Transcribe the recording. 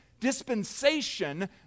dispensation